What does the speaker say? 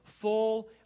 full